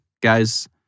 guys